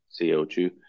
CO2